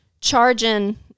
charging